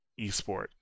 eSport